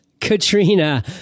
Katrina